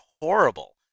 horrible